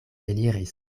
eliris